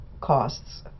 costs